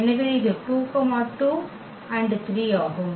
எனவே இது 2 2 3 ஆகும்